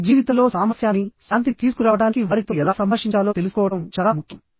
మీ జీవితంలో సామరస్యాన్ని శాంతిని తీసుకురావడానికి వారితో ఎలా సంభాషించాలో తెలుసుకోవడం చాలా ముఖ్యం